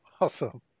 Awesome